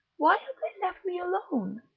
why have they left me alone.